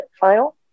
final